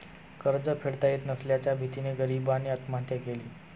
कर्ज फेडता येत नसल्याच्या भीतीने गरीबाने आत्महत्या केली